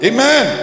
Amen